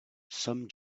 some